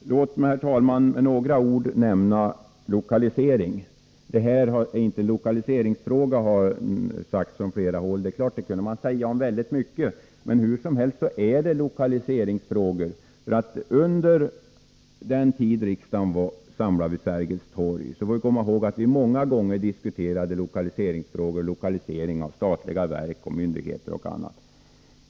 Låt mig, herr talman, säga några ord om lokaliseringen. Det här är inte en lokaliseringsfråga, har det sagts från flera håll. Det kunde man säga om väldigt mycket. Men hur som helst är det här lokaliseringsfrågor. Under den tid riksdagen var på Sergels torg diskuterade vi många gånger lokalisering av statliga verk, myndigheter och annat.